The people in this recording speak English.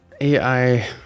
AI